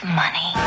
money